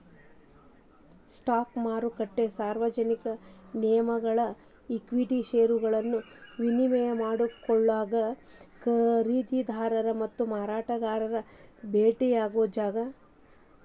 stock ಮಾರುಕಟ್ಟೆ ಸಾರ್ವಜನಿಕ ನಿಗಮಗಳ ಈಕ್ವಿಟಿ ಷೇರುಗಳನ್ನ ವಿನಿಮಯ ಮಾಡಿಕೊಳ್ಳಾಕ ಖರೇದಿದಾರ ಮತ್ತ ಮಾರಾಟಗಾರ ಭೆಟ್ಟಿಯಾಗೊ ಜಾಗ